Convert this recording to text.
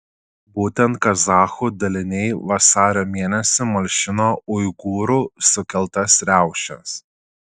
būtent kazachų daliniai vasario mėnesį malšino uigūrų sukeltas riaušes